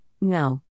No